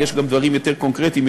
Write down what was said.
יש גם דברים יותר קונקרטיים,